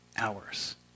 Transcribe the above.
hours